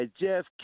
Jeff